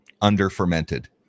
under-fermented